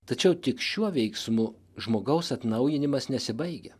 tačiau tik šiuo veiksmu žmogaus atnaujinimas nesibaigia